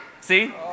see